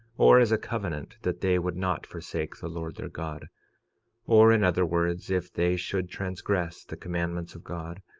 or as a covenant, that they would not forsake the lord their god or, in other words, if they should transgress the commandments of god,